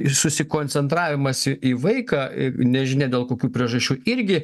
ir susikoncentravimas į vaiką nežinia dėl kokių priežasčių irgi